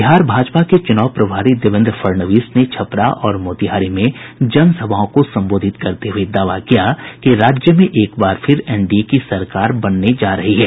बिहार भाजपा के चुनावी प्रभारी देवेन्द्र फडणवीस ने छपरा और मोतिहारी में जन सभाओं को संबोधित करते हये दावा किया कि राज्य में एक बार फिर एनडीए की सरकार बनने जा रही है